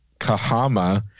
Kahama